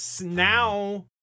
Now